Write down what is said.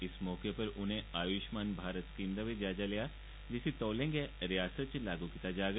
इस मौके उप्पर उनें आशुष्मान भारत स्कीम दा जायजा बी लेआ जिसी तौले गै रिआसत च लागू कीता जाग